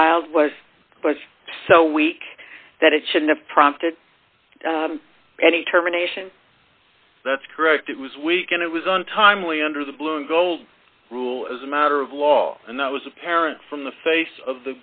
filed was but so weak that it should have prompted any terminations that's correct it was weak and it was on timely under the blue and gold rule as a matter of law and that was apparent from the face of